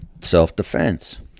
self-defense